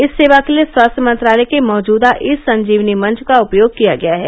इस सेवा के लिए स्वास्थ्य मंत्रालय के मौजूदा ई संजीवनी मंच का उपयोग किया गया है